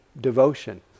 devotion